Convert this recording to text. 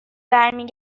برمی